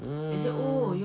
mm